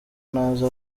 ntazi